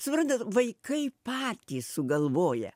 suprantat vaikai patys sugalvoja